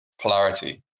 polarity